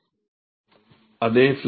மாணவர் அதே ஃப்ளக்ஸ்